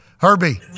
Herbie